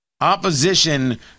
Opposition